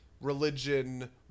religion